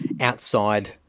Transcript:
outside